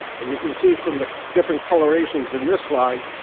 and you can see from the different colorations in this slide,